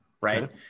right